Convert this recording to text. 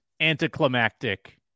anticlimactic